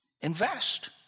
invest